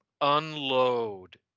unload